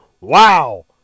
wow